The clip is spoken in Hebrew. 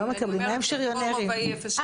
אני אומרת שכל רובאי 07 זכאי.